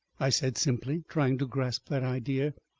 i said simply, trying to grasp that idea.